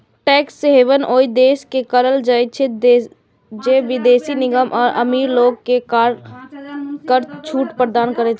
tax haven ओइ देश के कहल जाइ छै, जे विदेशी निगम आ अमीर लोग कें कर छूट प्रदान करै छै